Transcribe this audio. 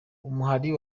umuhari